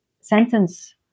sentence